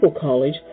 college